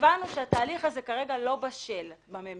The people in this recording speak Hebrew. הבנו שהתהליך הזה כרגע לא בשל בממשלה.